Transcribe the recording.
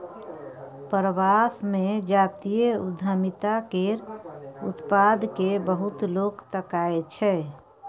प्रवास मे जातीय उद्यमिता केर उत्पाद केँ बहुत लोक ताकय छै